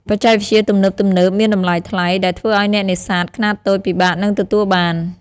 បច្ចេកវិទ្យាទំនើបៗមានតម្លៃថ្លៃ ដែលធ្វើឲ្យអ្នកនេសាទខ្នាតតូចពិបាកនឹងទទួលបាន។